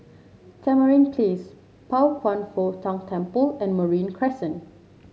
Tamarind Place Pao Kwan Foh Tang Temple and Marine Crescent